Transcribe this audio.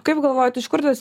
kaip galvojat iš kur tas